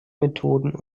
methoden